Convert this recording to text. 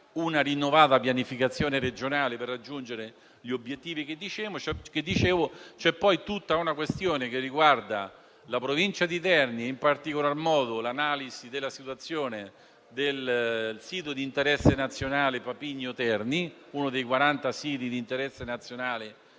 una rinnovata pianificazione regionale per raggiungere gli obiettivi di cui dicevo, c'è poi tutta la questione riguardante la provincia di Terni e, in particolar modo, l'analisi della situazione del sito di interesse nazionale Terni Papigno, uno dei 39 siti di interesse nazionale